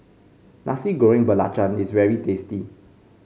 Nasi Goreng Belacan is very tasty